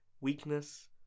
weakness